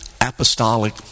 apostolic